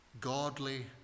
godly